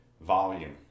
Volume